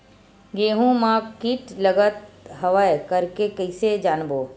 गेहूं म कीट लगत हवय करके कइसे जानबो?